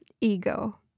ego